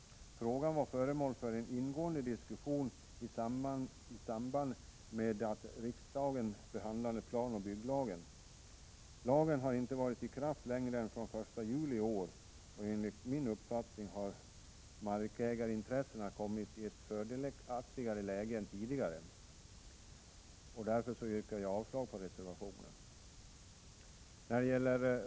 Problemet var föremål för en ingående diskussion i samband med att riksdagen behandlade planoch bygglagen. Lagen har inte varit i kraft längre än sedan den 1 juli i år, och enligt min uppfattning har markägarintressena kommit i ett förmånligare läge än tidigare. Jag yrkar därför avslag på reservationen.